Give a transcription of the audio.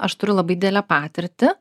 aš turiu labai didelę patirtį